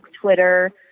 Twitter